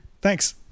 Thanks